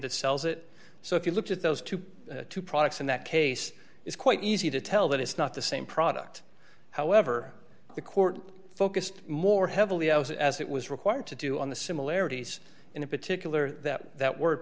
that sells it so if you look at those two products in that case it's quite easy to tell that it's not the same product however the court focused more heavily as as it was required to do on the similarities in a particular that that word